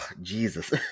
Jesus